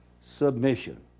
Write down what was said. submission